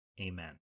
Amen